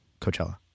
Coachella